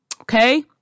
okay